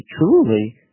truly